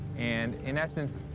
and, in essence,